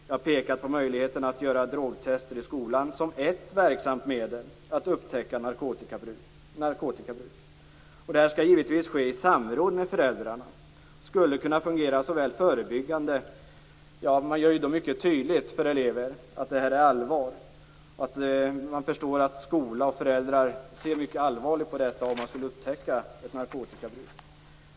Jag har pekat på möjligheten att göra drogtester i skolan som ett verksamt medel för att upptäcka narkotikabruk. Det skulle givetvis ske i samråd med föräldrarna. Det skulle kunna fungera förebyggande, då man gör mycket tydligt för elever att det är allvar. De förstår då att skola och föräldrar skulle se mycket allvarligt på eventuell upptäckt av narkotikabruk.